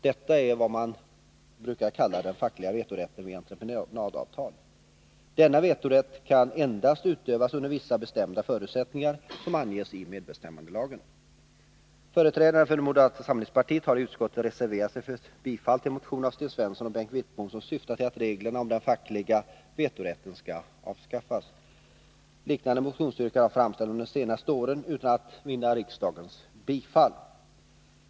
Det är detta som brukar kallas den fackliga vetorätten vid entreprenadavtal. Denna vetorätt kan endast utövas under vissa bestämda förutsättningar som anges i medbestämmandelagen. Företrädarna för moderata samlingspartiet har i utskottet reserverat sig för bifall till en motion av Sten Svensson och Bengt Wittbom som syftar till att reglerna om den fackliga vetorätten skall avskaffas. Liknande motionsyrkanden har framförts under de senaste åren utan att vinna riksdagens bifall.